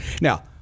Now